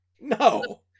No